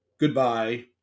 Goodbye